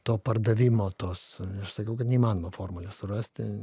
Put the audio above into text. to pardavimo tos aš sakiau kad neįmanoma formulės surasti